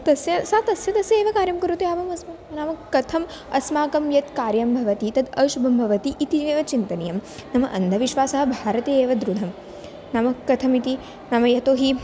तस्य सा तस्य तस्य एव कार्यं करोति आवाम् अस्माकं नाम कथम् अस्माकं यत् कार्यं भवति तत् अशुभं भवति इति एव चिन्तनीयं नाम अन्धविश्वासः भारते एव दृढं नाम कथमिति नाम यतोहि